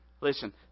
Listen